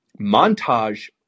montage